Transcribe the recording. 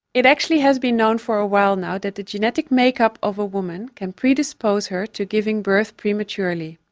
it actually has been known for a while now that the genetic makeup of a woman can predispose her to giving birth prematurely.